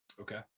Okay